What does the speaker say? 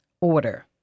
order